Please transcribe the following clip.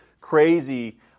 crazy